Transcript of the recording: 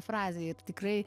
frazė ir tikrai